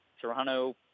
Toronto